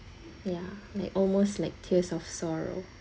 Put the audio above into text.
ya they almost like tears of sorrow